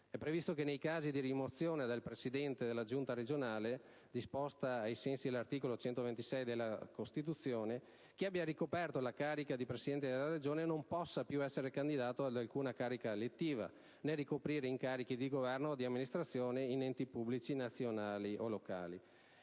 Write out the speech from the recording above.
è previsto che nei casi di rimozione del Presidente della giunta regionale, disposta ai sensi dell'articolo 126 della Costituzione, chi abbia ricoperto la carica di Presidente della Regione non possa essere candidato ad alcuna carica elettiva, né ricoprire incarichi di Governo o di amministrazione in enti pubblici nazionali o locali.